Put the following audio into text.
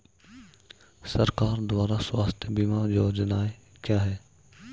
सरकार द्वारा स्वास्थ्य बीमा योजनाएं क्या हैं?